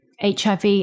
HIV